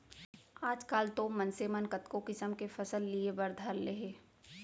आजकाल तो मनसे मन कतको किसम के फसल लिये बर धर ले हें